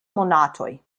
monatoj